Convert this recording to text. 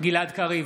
גלעד קריב,